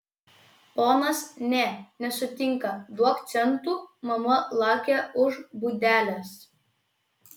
ponas ne nesutinka duok centų mama laukia už būdelės